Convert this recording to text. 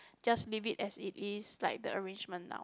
just leave it as it is like the arrangement now